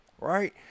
right